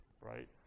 right